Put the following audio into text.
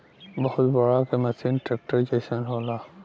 बहुत बड़ा के मसीन ट्रेक्टर जइसन होला